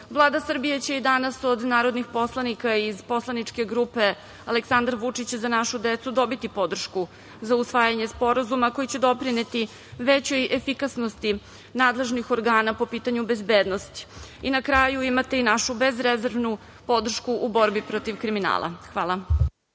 Srbije će i danas od narodnih poslanika iz poslaničke grupe Aleksandar Vučić – Za našu decu dobiti podršku za usvajanje sporazuma koji će doprineti većoj efikasnosti nadležnih organa po pitanju bezbednosti. Na kraju imate i našu bezrezervnu podršku u borbi protiv kriminala. Hvala.